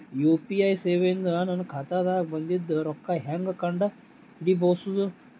UPI ಸೇವೆ ಇಂದ ನನ್ನ ಖಾತಾಗ ಬಂದಿದ್ದ ರೊಕ್ಕ ಹೆಂಗ್ ಕಂಡ ಹಿಡಿಸಬಹುದು?